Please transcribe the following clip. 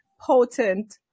potent